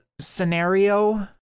scenario